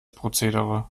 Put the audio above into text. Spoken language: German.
prozedere